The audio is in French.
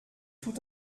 tout